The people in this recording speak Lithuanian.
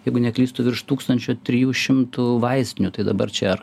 jeigu neklystu virš tūkstančio trijų šimtų vaistinių tai dabar čia